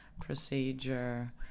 procedure